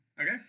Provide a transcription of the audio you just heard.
Okay